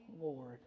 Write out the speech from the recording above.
Lord